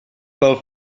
pel